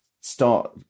start